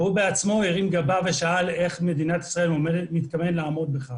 והוא בעצמו הרים גבה ושאל איך מדינת ישראל מתכוונת לעמוד בכך.